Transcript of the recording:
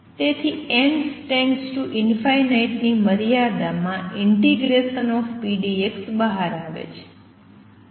તેથી n →∞ ની મર્યાદા માં ∫pdx બહાર આવે છે